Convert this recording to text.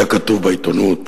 היה כתוב בעיתונות.